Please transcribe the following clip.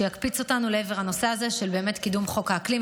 יקפיץ אותנו לעבר הנושא הזה של קידום חוק האקלים.